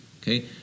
Okay